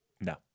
No